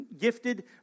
gifted